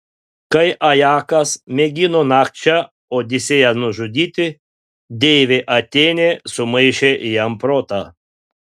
kai ajakas mėgino nakčia odisėją nužudyti deivė atėnė sumaišė jam protą